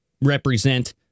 represent